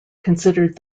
considered